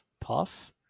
puff